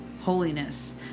holiness